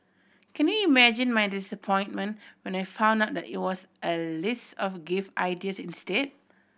can you imagine my disappointment when I found out that it was a list of gift ideas instead